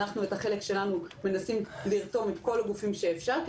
ואת החלק שלנו אנחנו מנסים לעשות תוך רתימה של כל הגופים שאפשר,